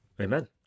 Amen